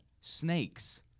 Snakes